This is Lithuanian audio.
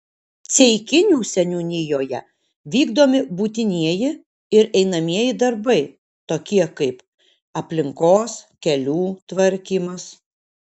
ceikinių seniūnijoje vykdomi būtinieji ir einamieji darbai tokie kaip aplinkos kelių tvarkymas